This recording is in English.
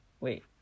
wait